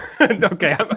Okay